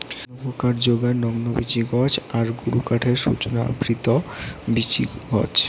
লঘুকাঠ যোগায় নগ্নবীচি গছ আর গুরুকাঠের সূচনা আবৃত বীচি গছ